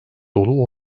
dolu